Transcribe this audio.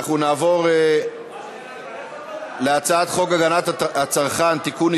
אנחנו נעבור להצעת חוק הגנת הצרכן (תיקון,